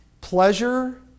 pleasure